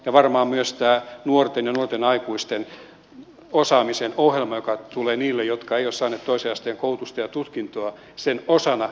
ja varmaan myös osana tämän nuorten ja nuorten aikuisten osaamisen ohjelmaa joka tulee niille jotka eivät ole saaneet toisen asteen koulutusta ja tutkintoa oppisopimuskoulutusta tullaan kehittämään